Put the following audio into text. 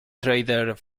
trader